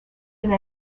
and